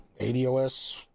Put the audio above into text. ADOS